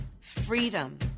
freedom